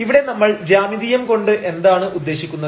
ഇവിടെ നമ്മൾ ജ്യാമിതീയം കൊണ്ട് എന്താണ് ഉദ്ദേശിക്കുന്നത്